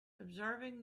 observing